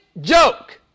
joke